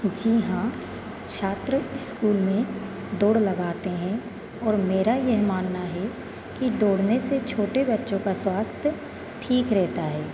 जी हाँ छात्र इस्कूल में दौड़ लगाते हैं और मेरा यह मानना है कि दौड़ने से छोटे बच्चों का स्वास्थ्य ठीक रहता है